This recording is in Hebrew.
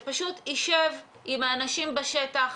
שפשוט יישב עם האנשים בשטח,